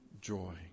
joy